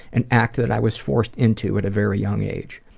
an act that i was forced into at a very young age.